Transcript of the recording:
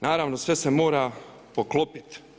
Naravno, sve se mora poklopiti.